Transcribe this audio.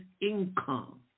income